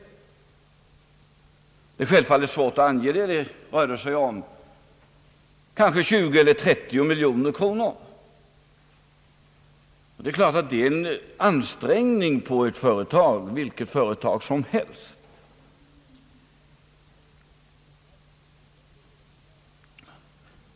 Det är självfallet svårt att ange vad det här rörde sig om — kanske 20 eller 30 miljoner kronor, men det är klart att belopp av den storleken är en ansträngning för vilket företag som helst.